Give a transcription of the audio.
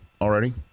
already